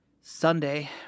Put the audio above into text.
Sunday